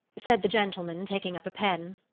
said the gentleman, taking up a pen,